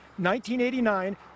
1989